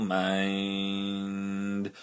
mind